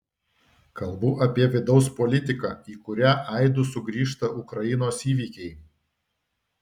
kalbu apie vidaus politiką į kurią aidu sugrįžta ukrainos įvykiai